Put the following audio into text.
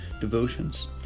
devotions